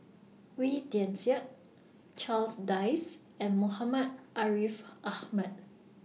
Wee Tian Siak Charles Dyce and Muhammad Ariff Ahmad